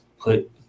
put